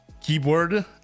keyboard